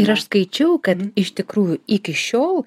ir aš skaičiau kad iš tikrųjų iki šiol